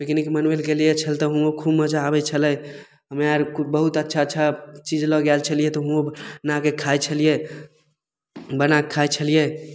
picnic मनबय लए गेलियै छल तऽ हुओं खूब मजा आबय छलै हम्मे आर बहुत अच्छा अच्छा चीज लअ गेल छलियै तऽ हुओं बनाके खाइ छलियै बनाके खाइ छलियै